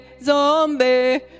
zombie